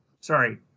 Sorry